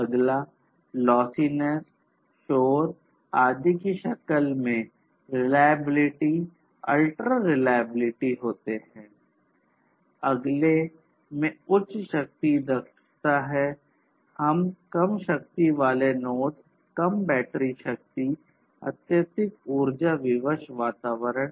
अगला lossiness शोर के बारे में बात कर रहे हैं